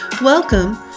Welcome